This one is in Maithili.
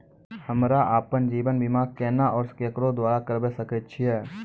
हमरा आपन जीवन बीमा केना और केकरो द्वारा करबै सकै छिये?